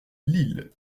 lille